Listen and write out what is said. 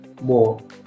more